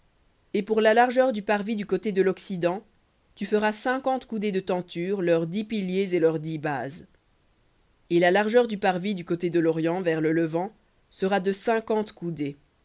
et la largeur du parvis du côté de l'occident cinquante coudées de tentures leurs dix piliers et leurs dix bases et la largeur du parvis du côté de l'orient vers le levant sera de cinquante coudées